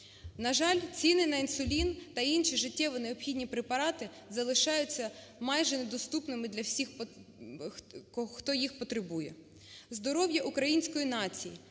На жаль, ціни на інсулін та інші життєво необхідні препарати залишаються майже недоступними для всіх, хто їх потребує. Здоров'я української нації